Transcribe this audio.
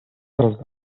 teraz